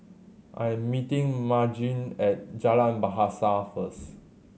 I am meeting Margene at Jalan Bahasa first